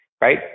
right